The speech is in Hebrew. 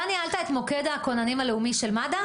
אתה ניהלת את מוקד הכוננים הלאומי של מד"א?